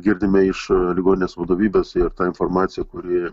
girdime iš ligoninės vadovybės ir ta informacija kuri